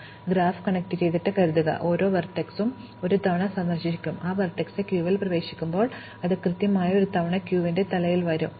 കാരണം ഗ്രാഫ് കണക്റ്റുചെയ്തിട്ടുണ്ടെന്ന് കരുതുക ഓരോ വെർട്ടെക്സും ഒരു തവണ സന്ദർശിക്കും ആ വെർട്ടെക്സ് ക്യൂവിൽ പ്രവേശിക്കുമ്പോൾ അത് കൃത്യമായി ഒരു തവണ ക്യൂവിന്റെ തലയിൽ വരും